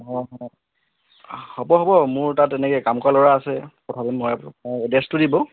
অঁ হ'ব হ'ব মোৰ তাত তেনেকৈ কাম কৰা ল'ৰা আছে পঠাব নোৱাৰে অঁ এড্ৰেছটো দিব